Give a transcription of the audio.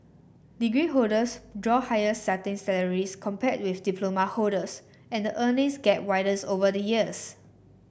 degree holders draw higher starting salaries compared with diploma holders and the earnings gap widens over the years